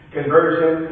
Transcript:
Conversion